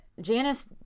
Janice